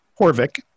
Horvick